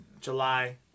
July